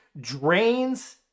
drains